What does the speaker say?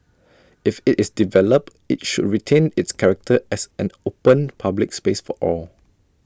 if IT is developed IT should retain its character as an open public space for all